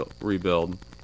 rebuild